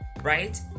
right